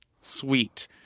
sweet